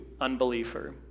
unbeliever